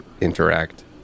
interact